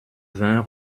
vingt